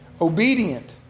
Obedient